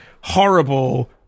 horrible